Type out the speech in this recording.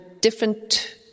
different